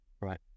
Right